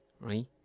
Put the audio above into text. right